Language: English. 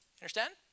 Understand